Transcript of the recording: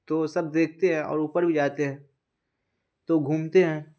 تو سب دیکھتے ہیں اور اوپر بھی جاتے ہیں تو گھومتے ہیں